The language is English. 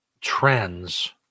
trends